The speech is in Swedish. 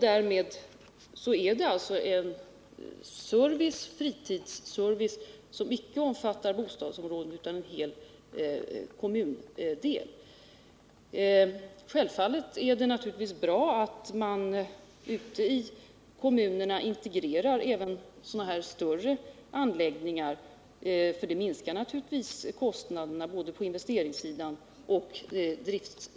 Därmed är det en fritidsservice, som inte omfattar ett bostadsområde utan en hel kommundel. Självfallet är det bra att man ute i kommunerna integrerar även sådana här större anläggningar. Det minskar naturligtvis kostnaderna både på investeringssidan och driftssidan.